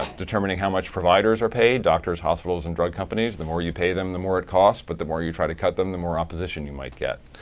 determining how much providers are paid, doctors, hospitals, and drug companies, the more you pay them, the more it costs. but the more you try to cut them, the more opposition you might get.